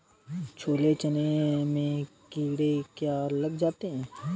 छोले चने में कीड़े क्यो लग जाते हैं?